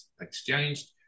exchanged